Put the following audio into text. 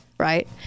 Right